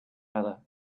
other